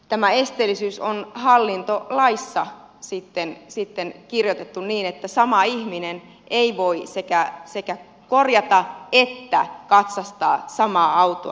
tämä esteellisyys on hallintolaissa kirjoitettu niin että sama ihminen ei voi sekä korjata että katsastaa samaa autoa